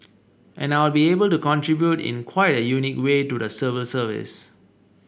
and I'll be able to contribute in quite a unique way to the civil service